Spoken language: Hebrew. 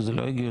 זה לא הגיוני.